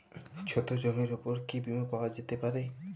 ছোট জমির উপর কি বীমা পাওয়া যেতে পারে?